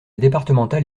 départementale